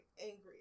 angry